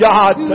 God